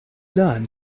learn